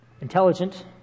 intelligent